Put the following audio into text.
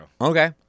Okay